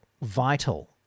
vital